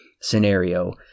scenario